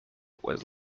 was